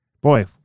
Boy